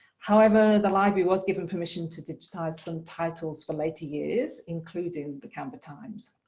however the library was given permission to digitize some titles for later years, including the canberra times.